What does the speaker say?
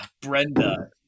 Brenda